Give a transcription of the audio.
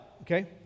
okay